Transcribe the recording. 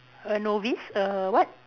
a novice a what